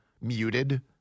muted